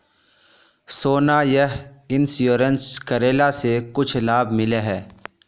सोना यह इंश्योरेंस करेला से कुछ लाभ मिले है?